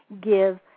give